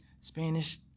Spanish